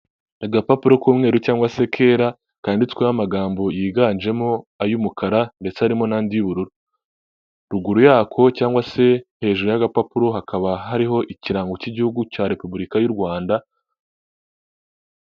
Agapapuro k'umweru cyangwa se kera kanditsweho amagambo yiganjemo ay'umukara ndetse harimo n'andi y'ubururu ruguru yako cyangwa se hejuru y'agapapuro hakaba hariho ikirango cy'igihugu cya repubulika y'u rwanda.